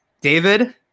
David